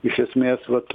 iš esmės vat